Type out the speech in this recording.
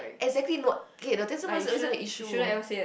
exactly no okay this wasn't this wasn't the issue